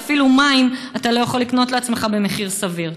ואפילו מים אתה לא יכול לקנות לעצמך במחיר סביר.